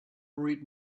read